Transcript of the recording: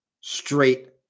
straight